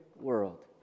world